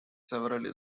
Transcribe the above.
several